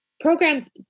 Programs